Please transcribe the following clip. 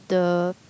the